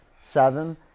seven